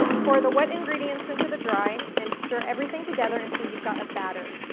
pour the wet ingredients into the dry and stir everything together until you've got a batter.